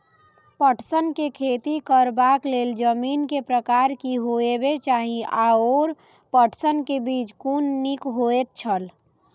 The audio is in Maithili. पटसन के खेती करबाक लेल जमीन के प्रकार की होबेय चाही आओर पटसन के बीज कुन निक होऐत छल?